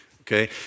Okay